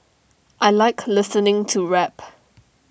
I Like listening to rap